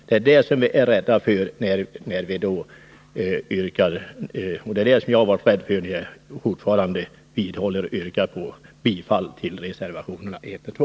Det är det som jag har varit rädd för, och jag vidhåller yrkandet om bifall till reservationerna 1 och 2: